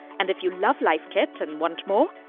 and if you love life kit and want more,